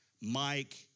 Mike